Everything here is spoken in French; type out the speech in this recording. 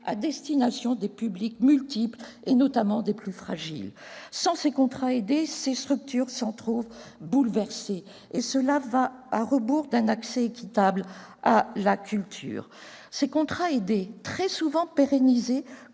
à destination de publics multiples et, notamment, des plus fragiles. Sans les contrats aidés, ces structures se trouvent bouleversées. Cela va à rebours d'un accès équitable à la culture. Ces contrats aidés, très souvent pérennisés,